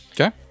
Okay